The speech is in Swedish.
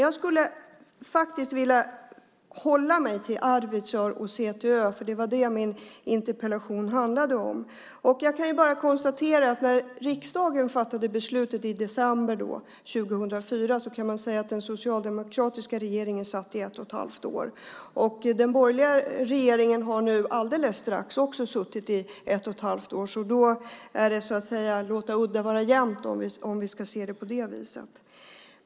Jag skulle faktiskt vilja hålla mig till Arvidsjaur och CTÖ, för det var det min interpellation handlade om. Jag kan bara konstatera att efter att riksdagen fattade beslutet i december 2004 kan man säga att den socialdemokratiska regeringen satt i ett och halvt år. Den borgerliga regeringen har nu snart också suttit i ett och ett halvt år. Då kan man så att säga låta udda vara jämnt om vi ska se det på det viset.